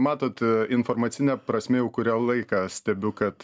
matot informacine prasme jau kurią laiką stebiu kad